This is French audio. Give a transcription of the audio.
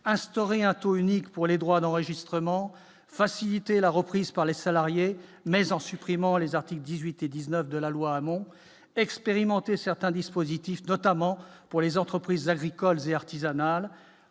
instaurer un taux unique pour les droits d'enregistrement faciliter la reprise par les salariés naissance supprimant les articles 18 et 19 de la loi Hamon expérimenter certains dispositifs, notamment pour les entreprises agricoles et artisanales,